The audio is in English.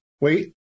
wait